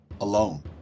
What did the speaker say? alone